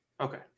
Okay